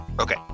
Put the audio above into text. Okay